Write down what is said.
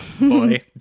boy